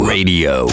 Radio